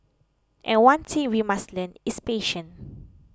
and one thing we must learn is patience